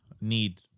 need